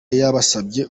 yabasabye